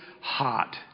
hot